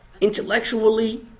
Intellectually